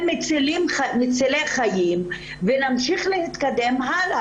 מצילי חיים ואחר כך נמשיך להתקדם הלאה.